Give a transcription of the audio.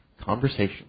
conversation